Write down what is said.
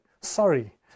Sorry